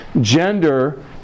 gender